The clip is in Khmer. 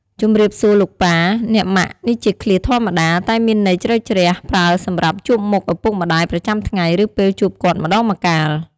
ជំរាបសួរលោកប៉ា អ្នកម៉ាក់! នេះជាឃ្លាធម្មតាៗតែមានន័យជ្រៅជ្រះ ប្រើសម្រាប់ជួបមុខឪពុកម្ដាយប្រចាំថ្ងៃ ឬពេលជួបគាត់ម្ដងម្កាល។